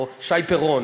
או שי פירון.